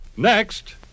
Next